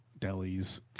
delis